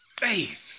faith